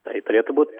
tai turėtų būt